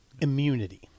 immunity